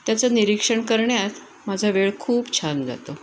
त्याचं निरीक्षण करण्यात माझा वेळ खूप छान जातो